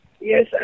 Yes